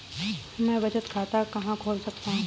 मैं बचत खाता कहाँ खोल सकता हूँ?